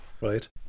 right